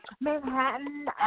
Manhattan